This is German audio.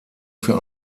für